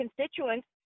constituents